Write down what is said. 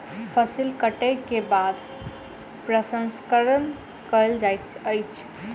फसिल कटै के बाद प्रसंस्करण कयल जाइत अछि